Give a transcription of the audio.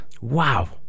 Wow